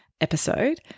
episode